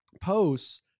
posts